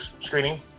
screening